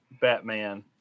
Batman